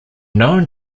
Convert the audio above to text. known